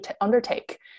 undertake